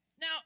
now